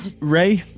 Ray